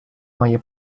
має